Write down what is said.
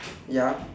ya